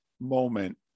moment